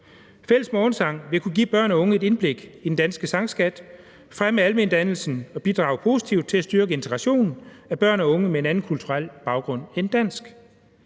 Fælles morgensang vil kunne give børn og unge et indblik i den danske sangskat, fremme almendannelsen og bidrage positivt til at styrke integrationen af børn og unge med en anden kulturel baggrund end dansk.